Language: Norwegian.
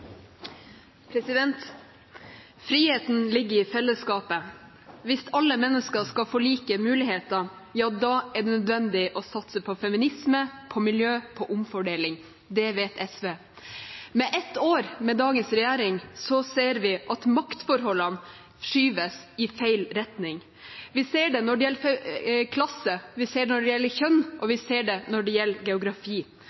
det nødvendig å satse på feminisme, på miljø og på omfordeling. Det vet SV. Etter ett år med dagens regjering ser vi at maktforholdene skyves i feil retning. Vi ser det når det gjelder klasse, vi ser det når det gjelder kjønn, og